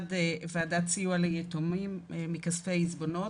במשרד ועדת סיוע ליתומים מכספי עיזבונות